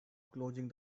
closing